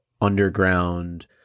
underground